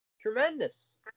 tremendous